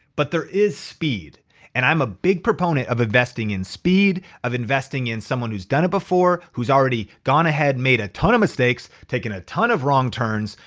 but there is speed and i'm a big proponent of investing in speed, of investing in someone who's done it before, who's already gone ahead and made a ton of mistakes, taken a ton of wrong turns,